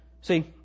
See